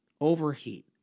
overheat